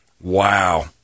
Wow